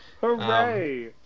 Hooray